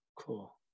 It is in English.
Cool